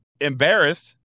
embarrassed